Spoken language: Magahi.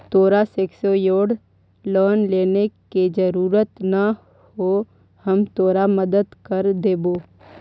तोरा सेक्योर्ड लोन लेने के जरूरत न हो, हम तोर मदद कर देबो